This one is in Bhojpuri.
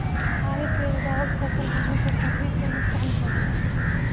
खाद्य से उगावल फसल हमनी के शरीर के नुकसान करेला